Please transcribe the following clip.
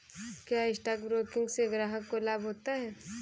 क्या stock broking से ग्राहक को लाभ होता है?